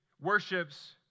worships